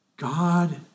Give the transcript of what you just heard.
God